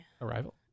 Arrival